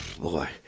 boy